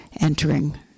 entering